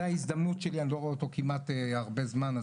אז זו ההזדמנות שלי אני לא רואה אותו כמעט הרבה זמן ,